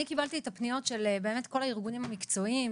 אני קיבלתי את הפניות של באמת כל הארגונים המקצועיים,